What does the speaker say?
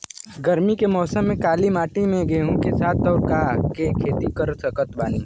गरमी के मौसम में काली माटी में गेहूँ के साथ और का के खेती कर सकत बानी?